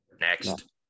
Next